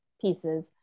pieces